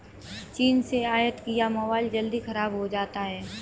चीन से आयत किया मोबाइल जल्दी खराब हो जाता है